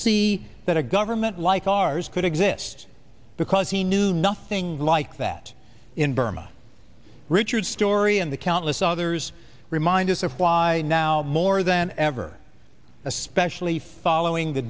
see that a government like ours could exist because he knew nothing like that in burma richard story and the countless others remind us of why now more than ever especially following the